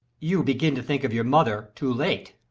you begin to think of your mother too late.